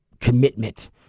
commitment